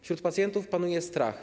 Wśród pacjentów panuje strach.